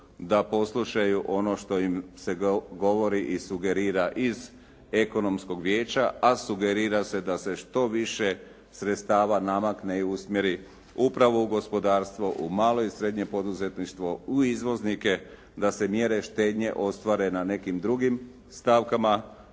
da poslušaju ono što im se govori i sugerira iz ekonomskog vijeća, a sugerira se da se što više sredstava namakne i usmjeri upravo u gospodarstvo u malo i srednje poduzetništvo, u izvoznike, da se mjere štednje ostvare na nekim drugim stavkama